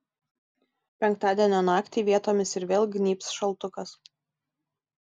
penktadienio naktį vietomis ir vėl gnybs šaltukas